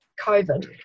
COVID